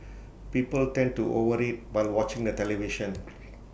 people tend to overeat while watching the television